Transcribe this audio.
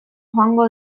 joango